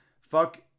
Fuck